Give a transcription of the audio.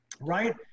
Right